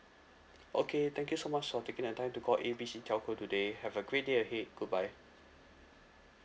okay thank you so much for taking the time to call A B C telco today have a great day ahead goodbye